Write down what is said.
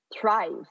thrive